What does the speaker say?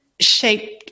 shaped